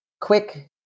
quick